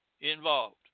involved